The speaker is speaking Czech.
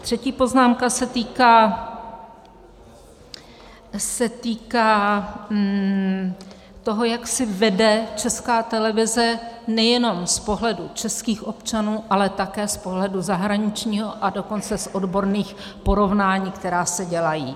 Třetí poznámka se týká toho, jak si vede Česká televize nejenom z pohledu českých občanů, ale také z pohledu zahraničního, a dokonce z odborných porovnání, která se dělají.